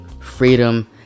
freedom